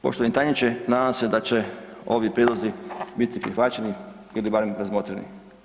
Poštovani tajniče, nadam se da će ovi prijedlozi biti prihvaćeni ili barem razmotreni.